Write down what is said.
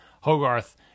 Hogarth